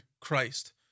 Christ